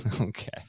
Okay